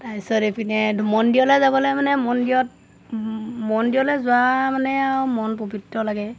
তাৰপিছত এইপিনে মন্দিৰলৈ যাবলৈ মানে মন্দিৰত মন্দিৰলৈ যোৱা মানে আৰু মন পবিত্ৰ লাগে